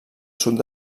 sud